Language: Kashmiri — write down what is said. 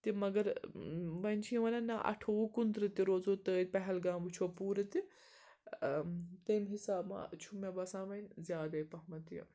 تہِ مگر وۄنۍ چھِ یہِ وَنان نہ اَٹھووُہ کُنترٕہ تہِ روزو تٔتۍ پہلگام وٕچھو پوٗرٕ تہِ تمہِ حِسابہٕ ما چھُ مےٚ باسان وۄنۍ زیادَے پَہمَتھ یہِ